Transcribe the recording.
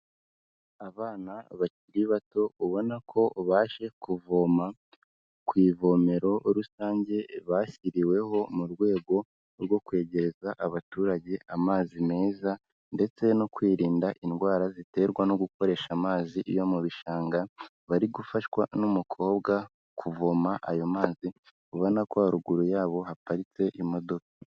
Abana bakiri bato, ubona ko baje kuvoma ku ivomero rusange bashyiriweho mu rwego rwo kwegereza abaturage amazi meza, ndetse no kwirinda indwara ziterwa no gukoresha amazi yo mu bishanga, bari gufashwa n'umukobwa kuvoma ayo mazi, ubona ko haruguru yabo haparitse imodoka.